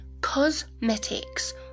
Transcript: cosmetics